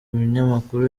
umunyamakuru